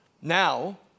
Now